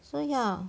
so ya